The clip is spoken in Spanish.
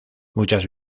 muchas